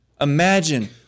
Imagine